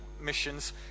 missions